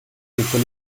people